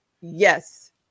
Yes